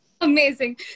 Amazing